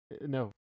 No